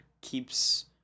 keeps